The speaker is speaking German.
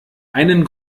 einen